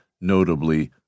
notably